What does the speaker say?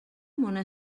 mona